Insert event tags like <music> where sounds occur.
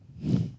<breath>